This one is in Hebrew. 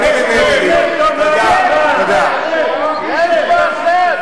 אני אתן לו כמה שאני